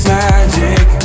magic